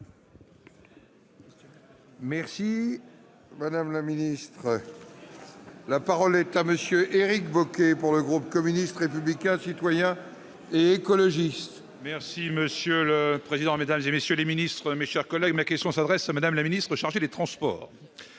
éclairée possible. La parole est à M. Éric Bocquet, pour le groupe communiste républicain citoyen et écologiste. Monsieur le président, mesdames, messieurs les ministres, mes chers collègues, ma question s'adresse à Mme la ministre chargée des transports.